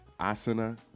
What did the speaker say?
asana